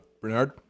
Bernard